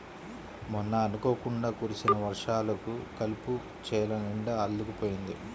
మొన్న అనుకోకుండా కురిసిన వర్షాలకు కలుపు చేలనిండా అల్లుకుపోయింది